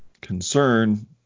concern